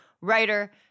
writer